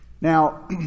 Now